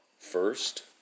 first